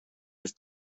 his